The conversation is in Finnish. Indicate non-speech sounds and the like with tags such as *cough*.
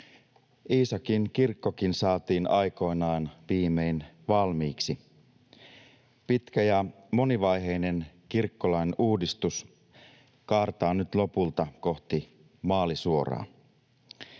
Iisakin kirkkokin saatiin aikoinaan viimein valmiiksi. *laughs* Pitkä ja monivaiheinen kirkkolain uudistus kaartaa nyt lopulta kohti maalisuoraa.